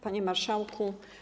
Panie Marszałku!